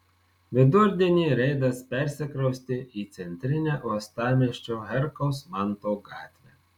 vidurdienį reidas persikraustė į centrinę uostamiesčio herkaus manto gatvę